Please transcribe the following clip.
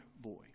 boy